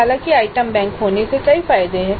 हालांकि item bank होने के कई फायदे हैं